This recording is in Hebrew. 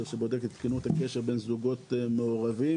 שבודקת את תקינות הקשר בין זוגות מעורבים,